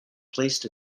placed